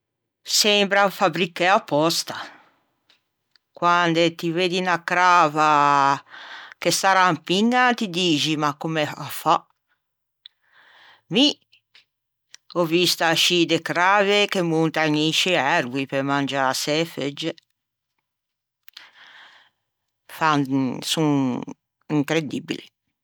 Sembra fabbricæ à pòsta. Quande ti veddi 'na crava ch'a sarrampiña ti dixe ma comme fa? Mi ò visto ascì de crave che montan in scî erboi pe mangiâse e feugge, fan son incredibbili